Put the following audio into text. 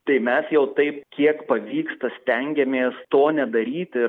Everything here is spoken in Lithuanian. tai mes jau taip kiek pavyksta stengiamės to nedaryti